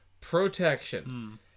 protection